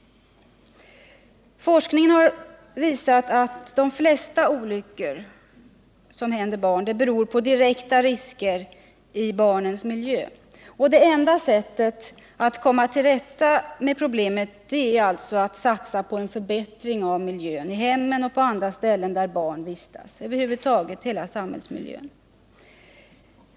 Forskningen har visat att de flesta barnolyckor beror på direkta risker i barns miljö. Enda sättet att komma till rätta med problemet är alltså att satsa på en förbättring av miljön i hemmen och på andra ställen där barn vistas — över huvud taget hela samhällsmiljön.